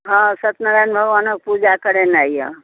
हॅं सत्यनारायण भगवानक पूजा करेनाइ यऽ